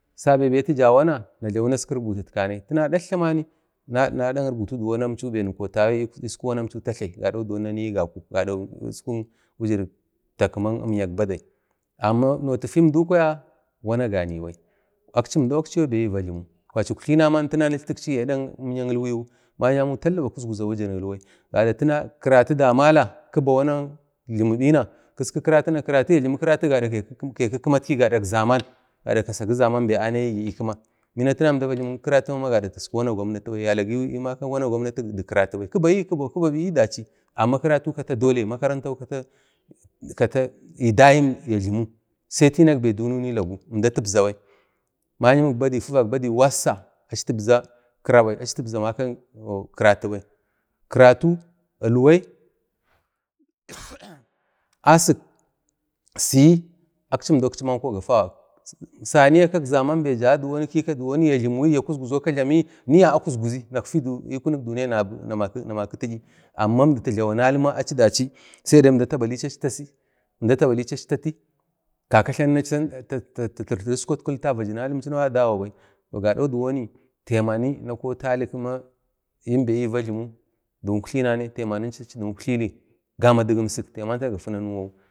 sabe atu jawona na jlawi naski rubutitkanai tana datlamani na dak rubutu duwon wana kotayu iskuk wanamchau tatlai gado duwon nani gaku gadak wurik ta kimak imyak badai amma notu fiwun du kwaya wana ganai bai akchin dau akchi fibai ni va jlumu uktlina man nutlteksi amyak ilwai wu ma'yamau tala va kuz-guzak wujirik kilwai tina kiratu damala kiratu ya jlimala gada ke ki kima gadak zaman gada kasagi zaman bai anayigi kima bina tina əmda va jlimu kiratu gadak wana gwamnati bai kibayi kibau kibabiyi dachi amma karatu kataq dolai makaranta kata ədayim ya jlimu sai tinak bai dununi lagu əmda tabzabai ma'yimik badai wassa achi tabza karatu bai. Karatu, Ilwai Asik, siyi akchindau aksiyau gafawa saniya kak zaman da za kika ya kuz-guzau ka jlamiyu niya a jlami akuz-guzi wunafti duniya wuna jlami amma əmdi ta jlawanali ma sai əmda labalichi tasi əmda ta balichi tati kaka tlanuni tatugudau gwi itkeatkili əmchinau adawa bai gado diwoni taiba na kotali benbe ni va jlimu dik uktlina tai mani dik uktlili gama di gimsik taiman tagafa nanuwawu